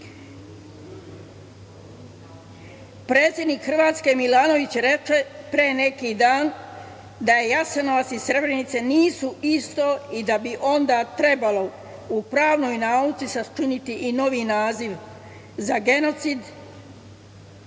danas. Predsednik Hrvatske Milanović reče pre neki dan da Jasenovac i Srebrenica nisu isto i da bi onda trebalo u pravnoj nauci sačiniti i novi naziv za genocid,